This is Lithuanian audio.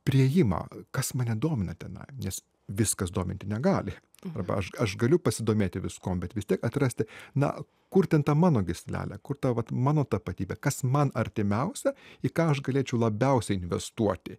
priėjimą kas mane domina tenai nes viskas dominti negali arba aš aš galiu pasidomėti viskuom bet vis tiek atrasti na kur ten ta mano gyslelė kur ta vat mano tapatybė kas man artimiausia į ką aš galėčiau labiausiai investuoti